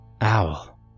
Owl